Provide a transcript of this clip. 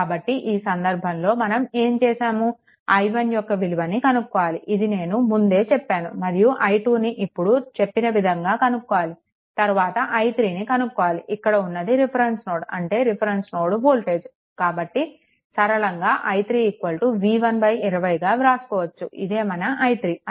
కాబట్టి ఈ సందర్భంలో మనం ఏం చేశాము i1 యొక్క విలువని కనుక్కోవాలి ఇది నేను ముందే చెప్పాను మరియు i2 ని ఇప్పుడు చెప్పిన విధంగా కనుక్కోవాలి తరువాత i3ని కనుక్కోవాలి ఇక్కడ ఉన్నది రిఫరెన్స్ నోడ్ అంటే రిఫరెన్స్ నోడ్ వోల్టేజ్ కాబట్టి సరళంగా i3 v1 20గా వ్రాసుకోవచ్చు ఇది మన i3